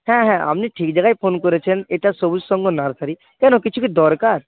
হ্যাঁ হ্যাঁ আপনি ঠিক জায়গায় ফোন করেছেন এটা সবুজ সংঘ নার্সারি কেন কিছু কী দরকার